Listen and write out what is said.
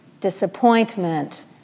Disappointment